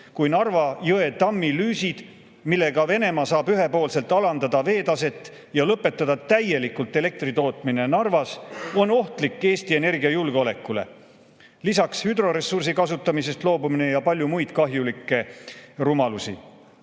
kuna Narva jõe tammi lüüsidega saab Venemaa ühepoolselt alandada veetaset ja lõpetada täielikult elektri tootmise Narvas. See on oht Eesti energiajulgeolekule. Lisaks hüdroressursi kasutamisest loobumine ja palju muid kahjulikke rumalusi.